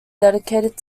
dedicated